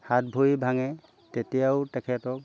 হাত ভৰি ভাঙে তেতিয়াও তেখেতক